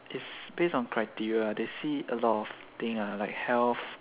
is based on criteria ah they see a lot of thing ah like health